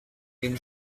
been